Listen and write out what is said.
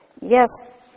yes